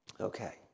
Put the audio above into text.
Okay